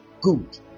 good